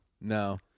No